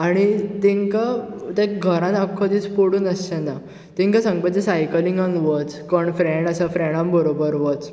आनी तेंका ते घरांन आख्खो दीस पडून आसचे ना तेंका सांगपाचे सायकलींगाक वच कोण फ्रेंड आसा फ्रेंडां बरोबर वच